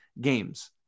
games